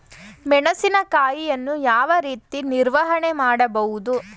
ಮೆಣಸಿನಕಾಯಿಯನ್ನು ಯಾವ ರೀತಿ ನಿರ್ವಹಣೆ ಮಾಡಬಹುದು?